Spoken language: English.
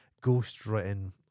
ghost-written